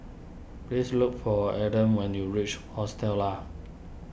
please look for Aaden when you reach Hostel Lah